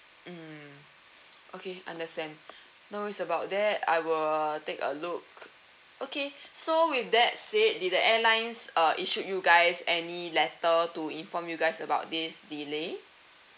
mmhmm okay understand no worries about that I will take a look okay so with that said did the airlines uh issued you guys any letter to inform you guys about this delay